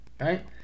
right